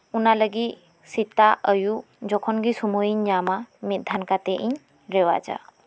ᱚᱱᱟ ᱞᱟᱹᱜᱤᱫ ᱥᱮᱛᱟᱜ ᱟᱭᱩᱵᱽ ᱡᱚᱠᱷᱚᱱ ᱜᱮ ᱥᱩᱢᱟᱹᱭ ᱤᱧ ᱧᱟᱢᱟ ᱢᱤᱫ ᱫᱷᱟᱣ ᱠᱟᱛᱮᱜ ᱤᱧ ᱨᱮᱣᱟᱡᱟ